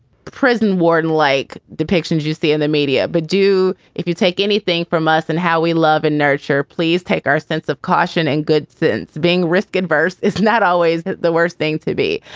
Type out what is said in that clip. prison warden like depictions you see in the media. but do if you take anything from us and how we love and nurture, please take our sense of caution and good. since being risk adverse is not always the worst thing to be.